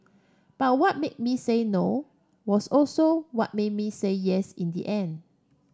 but what made me say no was also what made me say yes in the end